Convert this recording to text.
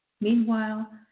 Meanwhile